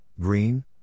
Green